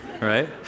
Right